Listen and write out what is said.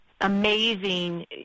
amazing